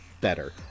better